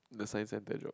the Science-Center job